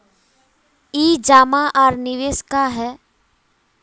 ई जमा आर निवेश का है?